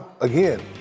again